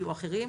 או אחרים,